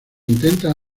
intenta